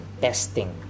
testing